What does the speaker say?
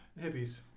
Hippies